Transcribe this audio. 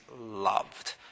loved